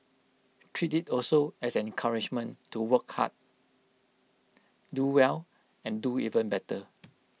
treat IT also as an encouragement to work hard do well and do even better